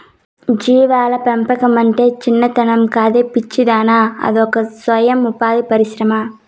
జీవాల పెంపకమంటే చిన్నతనం కాదే పిచ్చిదానా అదొక సొయం ఉపాధి పరిశ్రమ